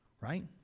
Right